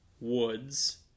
Woods